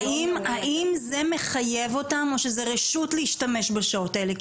האם זה מחייב אותם או שזה רשות להשתמש בשעות האלה,